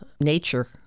nature